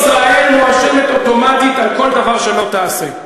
ישראל מואשמת אוטומטית על כל דבר שלא תעשה.